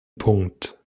punkt